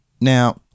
Now